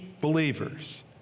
believers